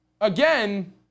Again